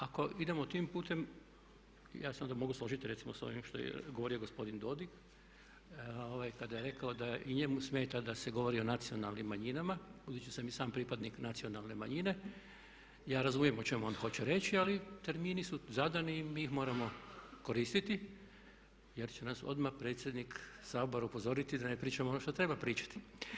Ako idemo tim putem, ja se onda mogu složiti da ovim što je govorio gospodin Dodig kada je rekao da i njemu smeta da se govori o nacionalnim manjinama, budući sam i sam pripadnik nacionalne manjine, ja razumije o čemu on hoće reći ali termini su zadani, mi ih moramo koristiti jer će nas odmah predsjednik Sabora upozoriti da ne pričamo ono što treba pričati.